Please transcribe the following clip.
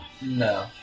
No